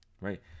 right